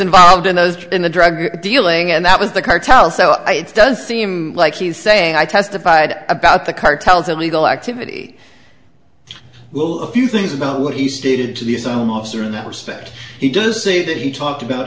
involved in those in the drug dealing and that was the cartel so i it does seem like he's saying i testified about the cartels illegal activity well a few things about what he stated to the asylum officer in that respect he does say that he talked about